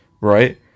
Right